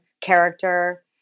character